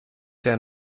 sehr